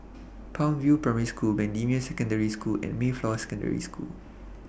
Palm View Primary School Bendemeer Secondary School and Mayflower Secondary School